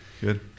Good